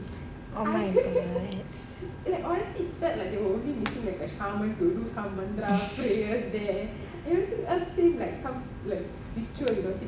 oh my god